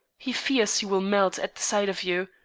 he fears he will melt at the sight of you.